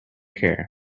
care